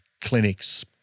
clinics